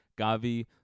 Gavi